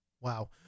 wow